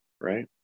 right